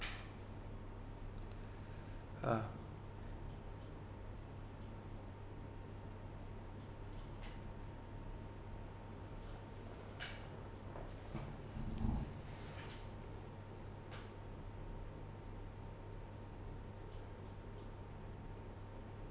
a'ah